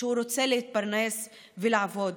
שהוא רוצה להתפרנס ולעבוד,